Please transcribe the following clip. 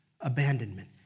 Abandonment